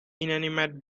inanimate